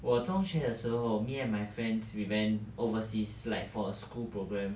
我中学的时候 me and my friends we went overseas like for a school program